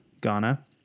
Ghana